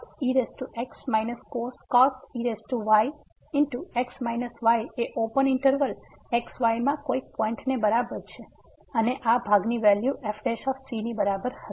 cos ex cos ey x y એ open interval xy માં કોઈ પોઈંટ ને બરાબર છે અને આ ભાગની વેલ્યુ f ની બરાબર હશે